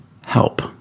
Help